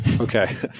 Okay